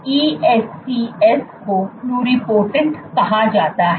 ESCs को pluripotent कहा जाता है